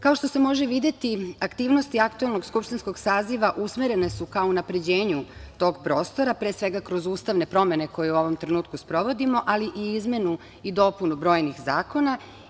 Kao što se može vide, aktivnosti aktuelnog skupštinskog saziva usmerene su ka unapređenju tog prostora, pre svega kroz ustavne promene, koje u ovom trenutku sprovodimo, ali i izmenu i dopunu brojnih zakona.